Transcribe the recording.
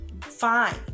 fine